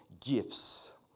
gifts